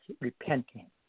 repenting